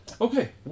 Okay